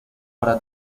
para